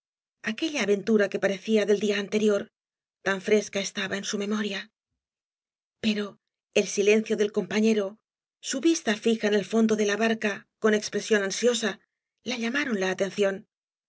aquella aventura que parecía del día anterior tan fresca estaba en bu memoria pero el silencio del compañero su vista fija en el fondo de la barca con expresión ansiosa la lla marón la atención